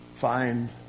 find